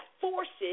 forces